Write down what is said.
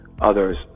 Others